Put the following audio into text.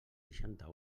seixanta